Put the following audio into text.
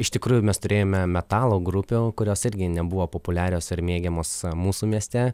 iš tikrųjų mes turėjome metalo grupių kurios irgi nebuvo populiarios ar mėgiamos mūsų mieste